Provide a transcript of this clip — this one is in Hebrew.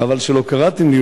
חבל שלא קראתם לי,